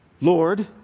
Lord